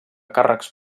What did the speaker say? càrrecs